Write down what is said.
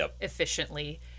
efficiently